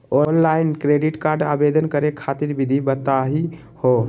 Online credit card आवेदन करे खातिर विधि बताही हो?